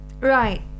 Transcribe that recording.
Right